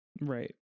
Right